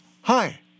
Hi